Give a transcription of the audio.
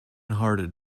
hearted